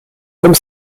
comme